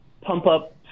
pump-up